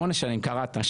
קראת.